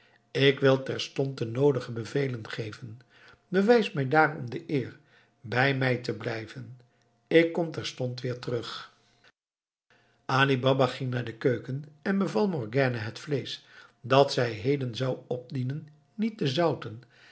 ik wil terstond de noodige bevelen geven bewijs mij daarom de eer bij mij te blijven ik kom terstond weer terug ali baba ging naar de keuken en beval morgiane het vleesch dat zij heden zou opdienen niet te zouten